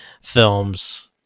films